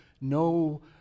no